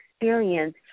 experience